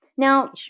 Now